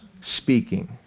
speaking